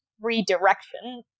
redirection